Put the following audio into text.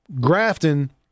Grafton